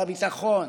על הביטחון.